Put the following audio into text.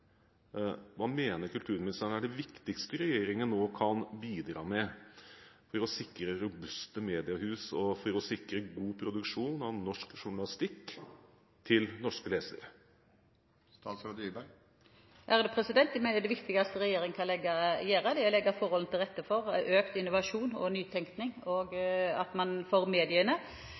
Hva mener kulturministeren er det viktigste regjeringen nå kan bidra med for å sikre robuste mediehus og for å sikre god produksjon av norsk journalistikk til norske lesere? Jeg mener det viktigste regjeringen kan gjøre, er å legge forholdene til rette for økt innovasjon og nytenkning for mediene, og at